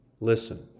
Listen